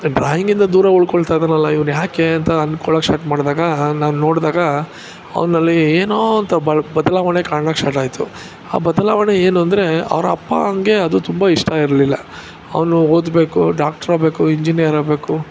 ಡ್ರಾಯಿಂಗಿಂದ ದೂರ ಉಳಕೊಳ್ತಾ ಇದ್ದಾನಲ್ಲ ಇವನು ಯಾಕೆ ಅಂತ ಅಂದ್ಕೊಳಕ್ ಸ್ಟಾಟ್ ಮಾಡಿದಾಗ ನಾವು ನೋಡಿದಾಗ ಅವನಲ್ಲಿ ಏನೋ ಅಂತ ಬಡ್ ಬದಲಾವಣೆ ಕಾಣಾಕೆ ಸ್ಟಾಟಾಯ್ತು ಆ ಬದಲಾವಣೆ ಏನು ಅಂದರೆ ಅವರ ಅಪ್ಪಂಗೆ ಅದು ತುಂಬ ಇಷ್ಟ ಇರಲಿಲ್ಲ ಅವನು ಓದಬೇಕು ಡಾಕ್ಟ್ರ ಆಗಬೇಕು ಇಂಜಿನಿಯರ್ ಆಗಬೇಕು